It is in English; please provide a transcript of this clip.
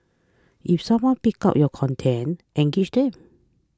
if someone picks up your content engage them